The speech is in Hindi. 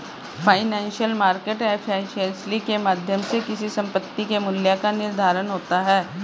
फाइनेंशियल मार्केट एफिशिएंसी के माध्यम से किसी संपत्ति के मूल्य का निर्धारण होता है